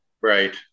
Right